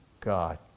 God